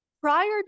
prior